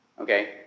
Okay